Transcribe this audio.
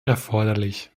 erforderlich